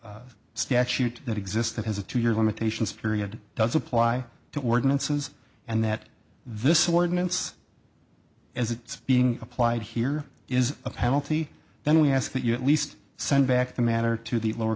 statute that exists that has a two year limitations period does apply to ordinances and that this ordinance as it's being applied here is a penalty then we ask that you at least send back the matter to the lower